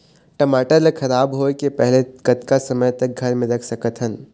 टमाटर ला खराब होय के पहले कतका समय तक घर मे रख सकत हन?